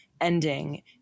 Ending